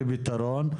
לפתרון,